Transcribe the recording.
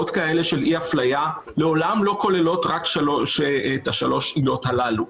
כאלה של אי-אפליה לעולם לא כוללות רק את שלוש העילות הללו.